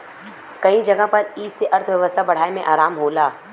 कई जगह पर ई से अर्थव्यवस्था बढ़ाए मे आराम होला